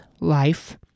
life